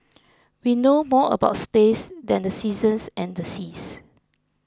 we know more about space than the seasons and the seas